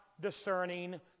discerning